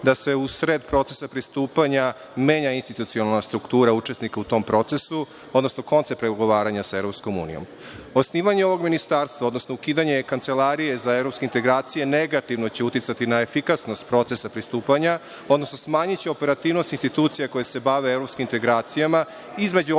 da se u sred procesa pristupanja menja institucionalna struktura učesnika u tom procesu, odnosno koncept pregovaranja sa EU. Osnivanje ovog ministarstva, odnosno ukidanje Kancelarije za evropske integracije negativno će uticati na efikasnost procesa pristupanja, odnosno smanjiće operativnost institucija koje se bave evropskim integracijama, između